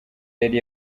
yari